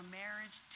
marriage